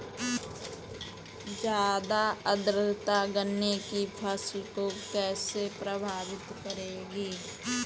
ज़्यादा आर्द्रता गन्ने की फसल को कैसे प्रभावित करेगी?